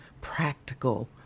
practical